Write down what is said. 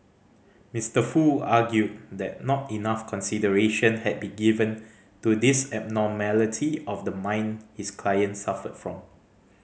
Mister Foo argued that not enough consideration had been given to this abnormality of the mind his client suffered from